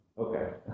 Okay